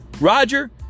Roger